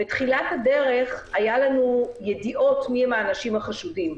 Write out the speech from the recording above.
בתחילת הדרך היו לנו ידיעות מי הם האנשים החשודים,